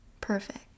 Perfect